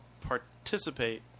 participate